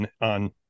on